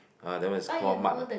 uh that one is call mud ah